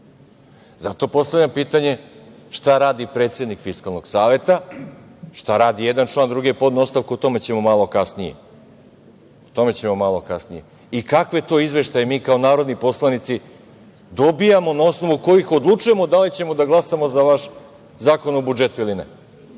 Zato postavljam pitanje – šta radi predsednik Fiskalnog saveta, šta radi jedan član, jer drugi je podneo ostavku? O tome ćemo malo kasnije. Kakve to izveštaje mi, kao narodni poslanici, dobijamo na osnovu kojih odlučujemo da li ćemo da glasamo za vaš Zakon o budžetu ili